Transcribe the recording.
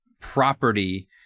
property